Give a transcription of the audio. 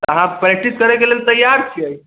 अहाँ प्रैक्टिस करै के लेल तैयार छियै